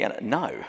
No